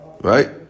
Right